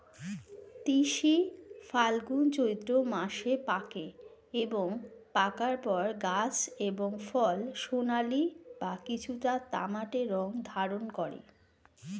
তিসি ফাল্গুন চৈত্র মাসে পাকে এবং পাকার পর গাছ এবং ফল সোনালী বা কিছুটা তামাটে রং ধারণ করে